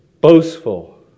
boastful